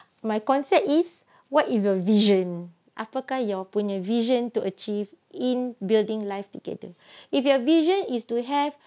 my concept is what is your vision apakah your punya vision to achieve in building live together if your vision is to have